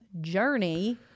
journey